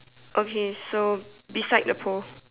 okay so beside the pole